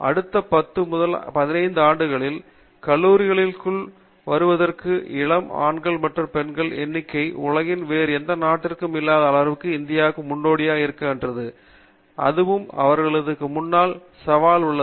அடுத்த 10 முதல் 15 ஆண்டுகளில் கல்லூரிகளுக்குள் வருவதற்கான இளம் ஆண்கள் மற்றும் பெண்களின் எண்ணிக்கை உலகில் வேறு எந்த நாட்டிற்கும் இல்லாத அளவிற்கு இந்தியா முன்னோடியாக இருக்காது அதுவும் அவர்களுக்கு முன்னால் சவாலாக உள்ளது